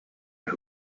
who